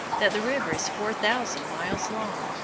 that the river is four thousand miles long,